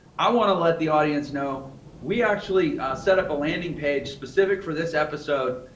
i want to let the audience know we actually set up a landing page specific for this episode.